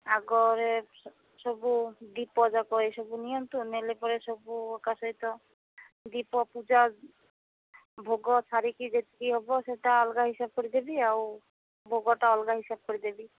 ଆଗରେ ସବୁ ଦୀପ ଯାକ ଏସବୁ ନିଅନ୍ତୁ ନେଲା ପରେ ସବୁ ଏକା ସହିତ ଦୀପ ପୂଜା ଭୋଗ ଛାଡ଼ିକି ଯେତିକି ହେବ ସେଇଟା ଅଲଗା ହିସାବ କରିଦେବି ଆଉ ଭୋଗଟା ଅଲଗା ହିସାବ କରିଦେବି